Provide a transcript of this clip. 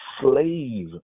slave